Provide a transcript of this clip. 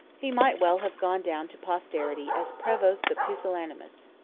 he might well have gone down to posterity as prevost the pusillanimous.